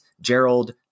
Gerald